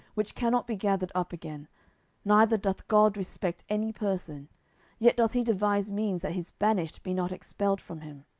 which cannot be gathered up again neither doth god respect any person yet doth he devise means, that his banished be not expelled from him.